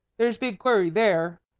there's big quarry there!